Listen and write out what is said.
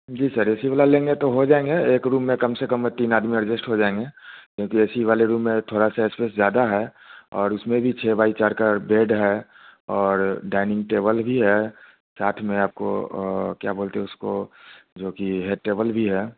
ji sir A C वाला लेंगे वाला लेंगे तो हो जाएँगे एक रूम में कम से कम तीन आदमी एडजस्ट हो जाएँगे क्योंकि ए सी वाले रूम में थोड़ी सी स्पेस ज़्यादा है और उसमें भी छः बाई चार का बेड है और डाइनिंग टेबल भी है साथ में आपको क्या बोलते हैं उसको जो कि है टेबल भी है